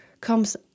comes